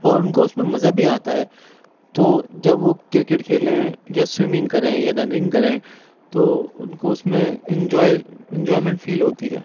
اور ان کو اس میں مزہ بھی آتا ہے تو جب وہ کرکٹ کیھلیں یا سوئمنگ کریں یا رننگ کریں تو ان کو اس میں انجوائے انجوائمنٹ فیل ہوتی ہے